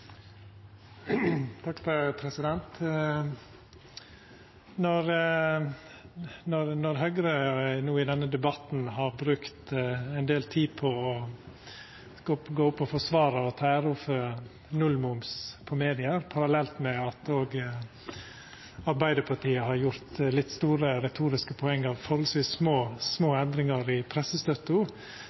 Når Høgre no i denne debatten har brukt ein del tid på å forsvara og ta æra for nullmoms på media parallelt med at Arbeidarpartiet har gjort litt store retoriske poeng av forholdsvis små endringar i pressestøtta,